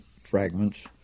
fragments